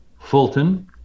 Fulton